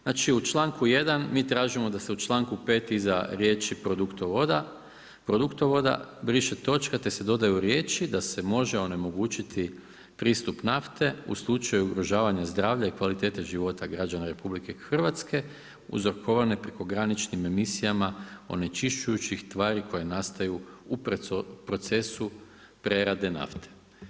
Znači u članku 1. mi tražimo da se u članku 5. iza riječi produktovoda briše točka te se dodaju riječi da se može onemogućiti pristup nafte u slučaju ugrožavanja zdravlja i kvalitete života građana RH uzrokovane prekograničnim emisijama onečišćujućih tvari koje nastaju u procesu prerade nafte.